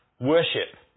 worship